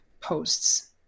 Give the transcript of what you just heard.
posts